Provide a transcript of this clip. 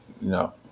No